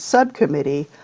Subcommittee